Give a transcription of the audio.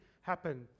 happen